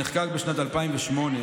שנחקק בשנת 2008,